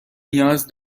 نیاز